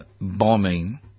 bombing